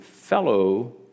fellow